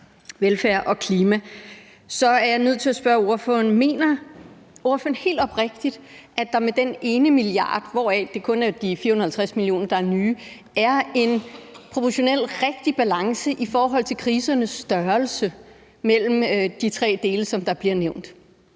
velfærd og klima, er jeg nødt til at spørge ordføreren: Mener ordføreren helt oprigtigt, at der med den 1 mia. kr., hvoraf det kun er de 450 mio. kr., der er nye, er en proportionelt rigtig balance i forhold til krisernes størrelse mellem de tre dele, som der bliver nævnt?